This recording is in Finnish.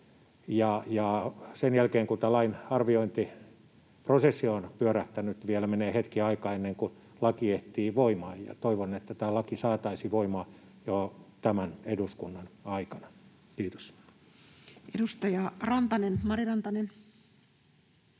Sen jälkeen, kun tämän lain arviointiprosessi on pyörähtänyt, vielä menee hetki aikaa ennen kuin laki ehtii voimaan, ja toivon, että tämä laki saataisiin voimaan jo tämän eduskunnan aikana. — Kiitos. [Speech 231] Speaker: